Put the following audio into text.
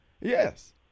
Yes